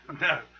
No